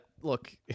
look